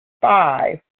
Five